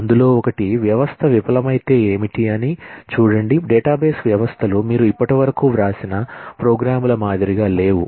అందులో ఒకటి వ్యవస్థ విఫలమైతే ఏమిటి అని చూడండి డేటాబేస్ వ్యవస్థలు మీరు ఇప్పటివరకు వ్రాసిన ప్రోగ్రామ్ల మాదిరిగా లేవు